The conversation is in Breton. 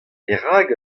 perak